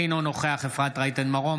אינו נוכח אפרת רייטן מרום,